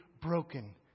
broken